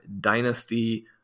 dynasty